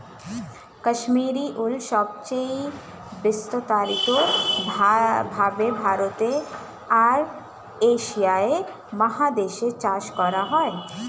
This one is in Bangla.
কাশ্মীরি উল সবচেয়ে বিস্তারিত ভাবে ভারতে আর এশিয়া মহাদেশে চাষ করা হয়